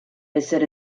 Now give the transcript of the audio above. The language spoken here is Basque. ezer